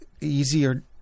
easier